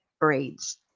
braids